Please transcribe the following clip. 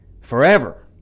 Forever